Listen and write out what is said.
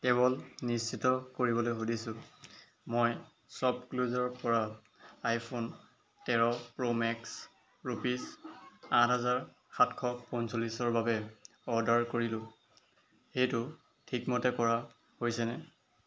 কেৱল নিশ্চিত কৰিবলৈ সুধিছোঁ মই শ্বপক্লুজৰপৰা আইফোন তেৰ প্ৰ'মেক্স ৰুপিছ আঠ হাজাৰ সাতশ পঞ্চল্লিছৰ বাবে অৰ্ডাৰ কৰিলোঁ সেইটো ঠিকমতে কৰা হৈছেনে